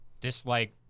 dislike